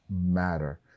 matter